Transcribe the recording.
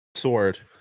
sword